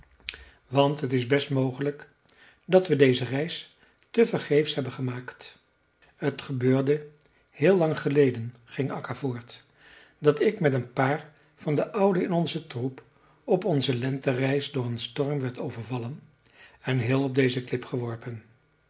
want t is best mogelijk dat we deze reis tevergeefs hebben gemaakt t gebeurde heel lang geleden ging akka voort dat ik met een paar van de ouden in onzen troep op onze lentereis door een storm werd overvallen en heel op deze klip geworpen